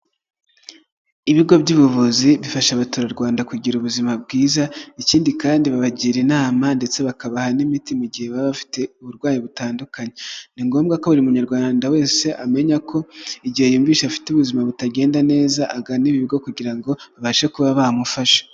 Ibigo by'ubuvuzi bifasha abaturarwanda kugira ubuzima bwiza ikindi kandi babagira inama ndetse bakabaha n'imiti mu gihe baba bafite uburwayi butandukanye, ni ngombwa ko buri munyarwanda wese amenya ko igihe yumvishe afite ubuzima butagenda neza agana ibi bigo kugira ngo babashe kuba bamufashe.